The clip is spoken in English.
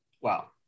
Wow